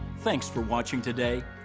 thanks for watching today,